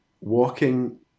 walking